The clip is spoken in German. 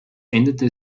änderte